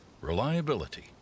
reliability